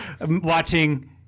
watching